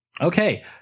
okay